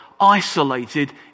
isolated